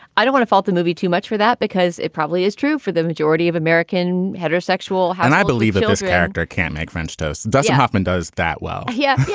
i don't want to fault the movie too much for that because it probably is true for the majority of american heterosexual. and i believe that this character can't make french toast. dustin hoffman does that well yeah yeah